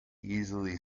easily